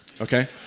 okay